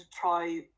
try